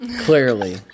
Clearly